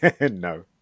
no